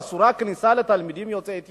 אסורה הכניסה לתלמידים יוצאי אתיופיה?